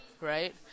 right